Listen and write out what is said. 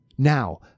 Now